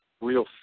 real